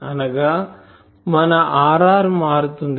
అనగా మన Rr మారుతుంది